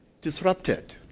disrupted